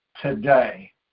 today